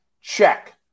check